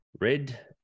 Red